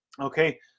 Okay